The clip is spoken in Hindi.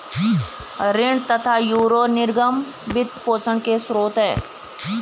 ऋण तथा यूरो निर्गम वित्त पोषण के स्रोत है